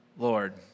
Lord